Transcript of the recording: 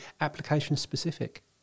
application-specific